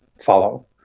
follow